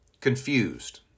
Confused